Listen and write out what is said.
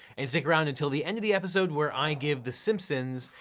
and stick around until the end of the episode where i give the simpsons,